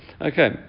okay